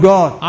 God